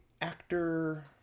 actor